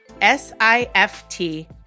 S-I-F-T